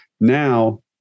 Now